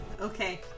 Okay